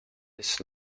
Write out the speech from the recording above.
this